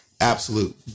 absolute